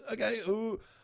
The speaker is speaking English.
okay